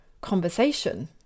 conversation